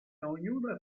ognuno